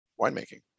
winemaking